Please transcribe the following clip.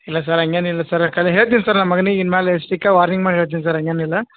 ಇಲ್ಲ ಸರ್ ಹಾಗೇನಿಲ್ಲ ಸರ್ ಕಲಿ ಹೇಳ್ತಿನಿ ಸರ್ ನಮ್ಮ ಮಗ್ನಿಗೆ ಇನ್ನು ಮೇಲೆ ಸ್ಟ್ರಿಕ್ ಆಗಿ ವಾರ್ನಿಂಗ್ ಮಾಡಿ ಹೇಳ್ತಿನಿ ಸರ್ ಹಾಗೇನಿಲ್ಲ